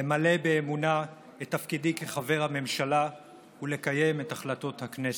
למלא באמונה את תפקידי כחבר הממשלה ולקיים את החלטות הכנסת.